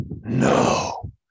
No